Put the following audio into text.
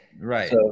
right